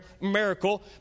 miracle